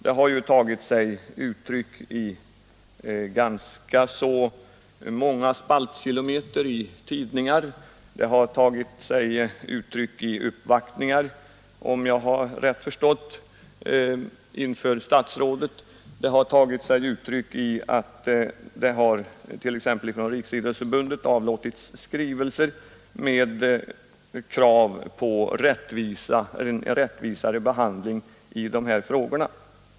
Det har ju tagit sig uttryck i ganska många spaltkilometer i tidningar. Det har tagit sig uttryck i uppvaktningar, om jag har förstått rätt inför statsrådet. Det har tagit sig uttryck i att t.ex. Riksidrottsförbundet har avlåtit skrivelser med krav på en rättvisare behandling i de här frågorna.